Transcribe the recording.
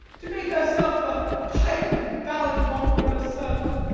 to make herself the pipe and ballad-monger of a circle!